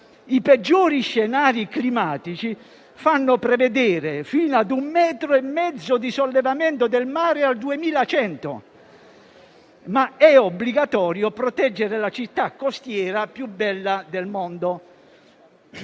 I peggiori scenari climatici fanno prevedere fino ad un metro e mezzo di sollevamento del mare al 2100. Ma è obbligatorio proteggere la città costiera più bella del mondo.